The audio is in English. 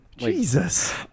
Jesus